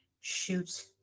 shoot